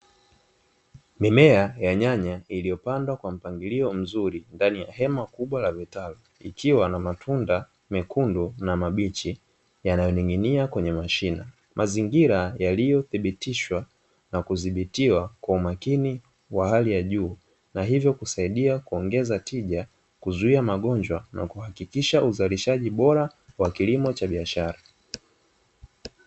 Mimea ya nyanya iliyopangwa kwa mpangilio mzuri ndani ya hema kubwa la vitalu likiwa na matunda mekundu na mabichi yanayoning'inia kwenye mashina. Mazingira yaliyothibitishwa na kudhibitiwa kwa umakini wa hali ya juu; na hivyo kusaidia kuongeza tija, kuzuia magonjwa na kuhakikisha uzalishaji bora wa kilimo cha biashara.